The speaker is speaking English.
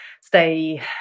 stay